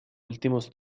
últimos